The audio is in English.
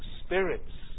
spirits